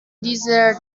dieser